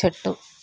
చెట్టు